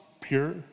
pure